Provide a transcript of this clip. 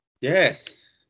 Yes